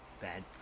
bad